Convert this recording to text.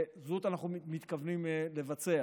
ואת זה אנחנו מתכוונים לבצע.